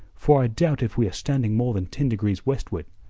for i doubt if we are standing more than ten degrees westward.